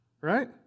right